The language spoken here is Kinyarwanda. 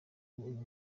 uyu